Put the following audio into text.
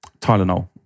Tylenol